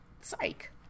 psych